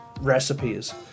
recipes